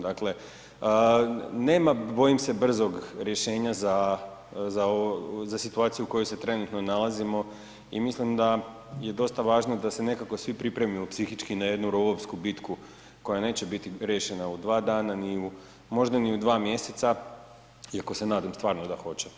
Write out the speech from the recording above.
Dakle, nema bojim se brzog rješenja za situaciju u kojoj se trenutno nalazimo i mislim da je dosta važno da se nekako svi pripremimo psihički na jednu rovovsku bitku koja neće biti riješena u dva dana, možda ni u dva mjeseca, iako se nadam stvarno da hoće.